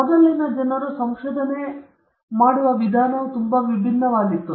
ಮೊದಲಿನ ಜನರು ಸಂಶೋಧನೆ ನಡೆಸಲು ಬಳಸುತ್ತಿದ್ದರು ಆದರೆ ಅದನ್ನು ನಡೆಸಲು ಬಳಸುವ ವಿಧಾನವು ತುಂಬಾ ವಿಭಿನ್ನವಾಗಿತ್ತು